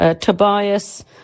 Tobias